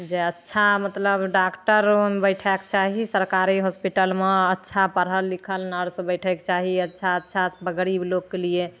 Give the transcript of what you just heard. जे अच्छा मतलब कोइ डॉक्टर ओहिमे बैठैके चाही सरकारी हॉस्पिटलमे अच्छा पढ़ल लिखल नर्स बैठैके चाही अच्छा अच्छा गरीब लोकके लिए